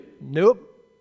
Nope